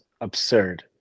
absurd